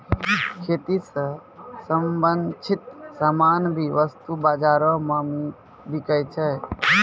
खेती स संबंछित सामान भी वस्तु बाजारो म बिकै छै